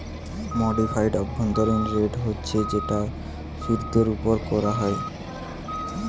modified অভ্যন্তরীণ rate হচ্ছে যেটা ফিরতের উপর কোরা হয়